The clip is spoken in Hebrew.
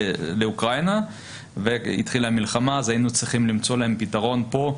לאוקראינה והתחילה המלחמה אז היינו צריכים למצוא להם פתרון פה,